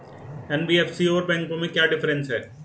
NBFC और बैंकों में क्या डिफरेंस है?